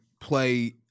play